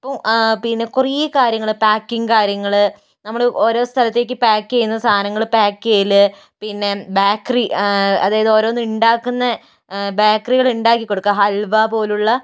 അപ്പോൾ പിന്നെ കുറെ കാര്യങ്ങള് പാക്കിങ് കാര്യങ്ങള് നമ്മള് ഓരോ സ്ഥലത്തേക്ക് പാക്ക് ചെയ്യുന്ന സാധങ്ങള് പാക്ക് ചെയ്യല് പിന്നെ ബേക്കറി അതായത് ഓരോന്നും ഉണ്ടാകുന്നത് ബേക്കറികൾ ഉണ്ടാക്കി കൊടുക്കും ഹൽവ പോലുള്ള